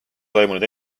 toimunud